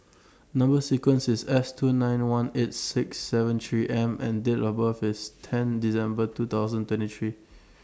Number sequence IS S two nine one eight six seven three M and Date of birth IS ten December two thousand twenty three